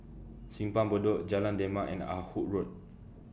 Simpang Bedok Jalan Demak and Ah Hood Road